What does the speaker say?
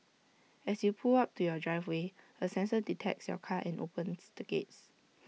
as you pull up to your driveway A sensor detects your car and opens the gates